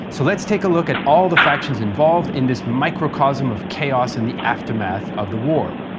so let's take a look at all the factions involved in this microcosm of chaos in the aftermath of the war.